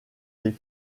des